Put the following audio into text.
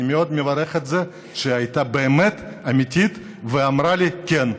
אני מאוד מברך את זה שהייתה אמיתית ואמרה לי: כן,